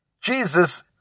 Jesus